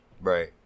Right